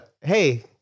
Hey